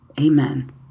amen